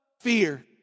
fear